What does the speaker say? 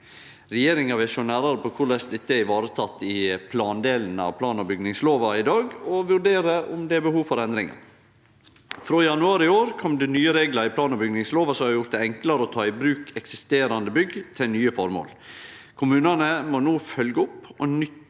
Regjeringa vil sjå nærare på korleis dette er ivareteke i plandelen i plan- og bygningslova i dag, og vurdere om det er behov for endringar. Frå januar i år kom det nye reglar i plan- og bygningslova som har gjort det enklare å ta i bruk eksisterande bygg til nye føremål. Kommunane må no følgje opp og nytte